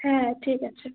হ্যাঁ ঠিক আছে